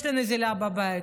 יש לי נזילה בבית.